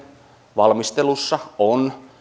valmistelussa on